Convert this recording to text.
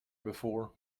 before